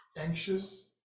anxious